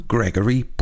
Gregory